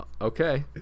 Okay